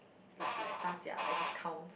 like like 调价 like discounts